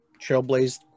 trailblazed